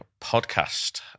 Podcast